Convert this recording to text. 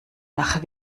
nach